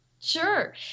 Sure